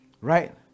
right